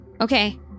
okay